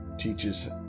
Teaches